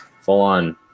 Full-on